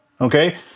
Okay